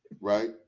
Right